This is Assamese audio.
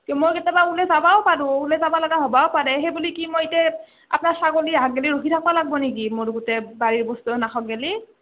মই কেতিয়াবা ওলাই যাবাও পাৰোঁ ওলে যাবা লগা হ'বও পাৰে সেইবুলি কি মই ইতে আপনাৰ ছাগলী আহ বুলি ৰখি থাকবা লাগ্ব নেকি মোৰ গোটেই বাৰীৰ বস্তু নাখাওক বুলি